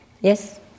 Yes